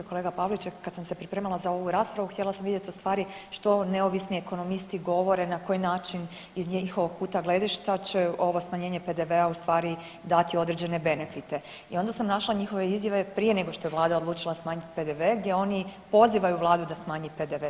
Kolega Pavliček, kada sam se pripremala za ovu raspravu htjela sam vidjeti ustvari što neovisni ekonomisti govore na koji način iz njihovog kuta gledišta će ovo smanjenje PDV-a ustvari dati određene benefite i onda sam našla njihove izjave prije nego što je vlada odlučila smanjiti PDV gdje oni pozivaju vladu da smanji PDV.